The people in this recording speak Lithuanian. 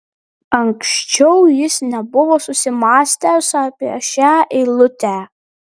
anksčiau jis nebuvo susimąstęs apie šią eilutę